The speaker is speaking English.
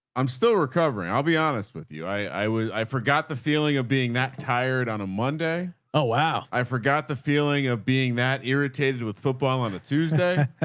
i'm still recovering. i'll be honest with you. i, i w i forgot the feeling of being that tired on a monday. oh, wow. i forgot the feeling of being that irritated with football on a tuesday.